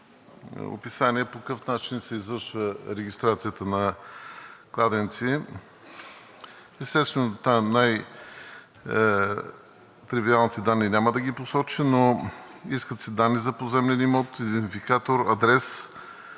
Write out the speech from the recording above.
описание по какъв начин се извършва регистрацията на кладенци. Естествено, най-тривиалните данни няма да ги посоча, но се искат данни за поземлен имот, идентификатор, адрес,